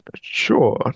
Sure